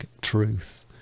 truth